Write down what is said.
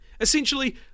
Essentially